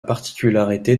particularité